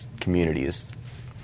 communities